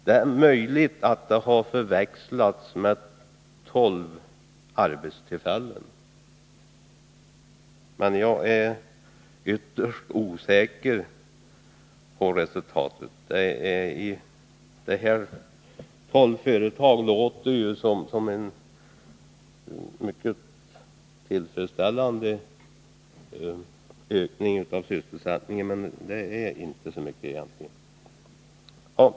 Det är möjligt att de här uppgifterna har förväxlats och att det rör sig om tolv arbetstillfällen, men jag är ytterst osäker på den här punkten. Om man talar om tolv företag låter det som om det blivit en mycket tillfredsställande ökning av sysselsättningen, men någon stor ökning är det egentligen inte fråga om.